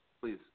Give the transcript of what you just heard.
please